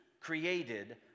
created